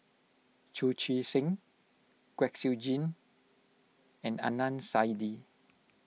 Chu Chee Seng Kwek Siew Jin and Adnan Saidi